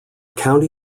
county